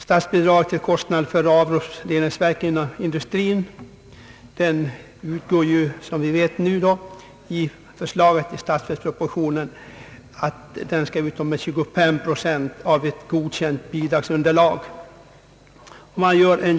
Statsbidraget till kostnader för avloppsreningsverk inom industrin föreslås i statsverkspropositionen utgå med 25 procent av ett godkänt bidragsunderlag.